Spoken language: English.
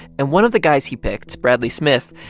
and one of the guys he picked, bradley smith,